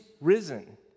risen